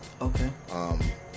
Okay